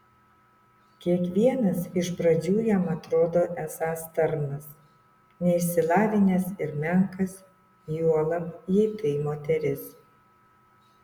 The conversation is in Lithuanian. kiekvienas iš pradžių jam atrodo esąs tarnas neišsilavinęs ir menkas juolab jei tai moteris